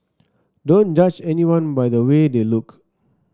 don't judge anyone by the way they look